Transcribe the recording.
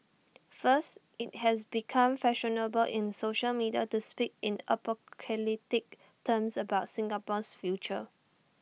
first IT has become fashionable in social media to speak in apocalyptic terms about Singapore's future